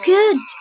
Good